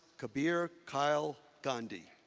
kabir, kyle gandhi.